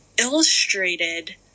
illustrated